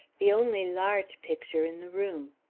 the only large picture in the room.